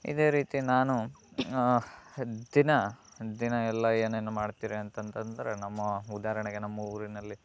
ಇದೇ ರೀತಿ ನಾನು ದಿನ ದಿನಯೆಲ್ಲ ಏನೇನು ಮಾಡ್ತೀರಿ ಅಂತಂದ್ರೆ ನಮ್ಮ ಉದಾರಣೆಗೆ ನಮ್ಮ ಊರಿನಲ್ಲಿ